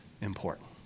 important